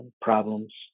problems